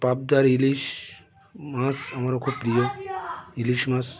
পাবদা আর ইলিশ মাছ আমারও খুব প্রিয় ইলিশ মাছ